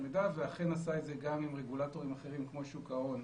ואכן עשה את זה גם עם רגולטורים אחרים כמו שוק ההון,